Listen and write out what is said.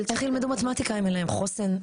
--- איך ילמדו מתמטיקה אם אין להם חוסן להחזיק שיעור?